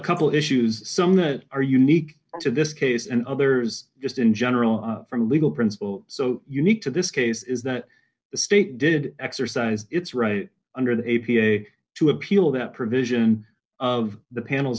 couple issues some that are unique to this case and others just in general from legal principle so unique to this case is that the state did exercise its right under the a p a to appeal that provision of the panel